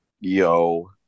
Yo